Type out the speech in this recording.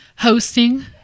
Hosting